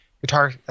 guitar